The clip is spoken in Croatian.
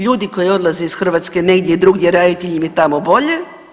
Ljudi koji odlaze iz Hrvatske negdje drugdje raditi jer im je tamo bolje.